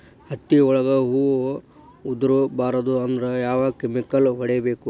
ಹತ್ತಿ ಒಳಗ ಹೂವು ಉದುರ್ ಬಾರದು ಅಂದ್ರ ಯಾವ ಕೆಮಿಕಲ್ ಹೊಡಿಬೇಕು?